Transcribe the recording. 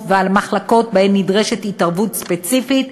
ועל מחלקות שבהן נדרשת התערבות ספציפית,